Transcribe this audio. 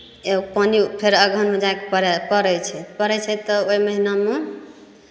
एगो पानि फेर अगहनमे जाइ कऽ परै छै तऽ ओहि महिनामे